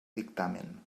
dictamen